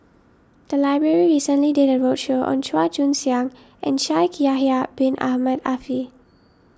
the library recently did a roadshow on Chua Joon Siang and Shaikh Yahya Bin Ahmed Afifi